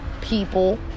people